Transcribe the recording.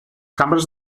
cambres